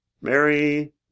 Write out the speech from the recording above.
Mary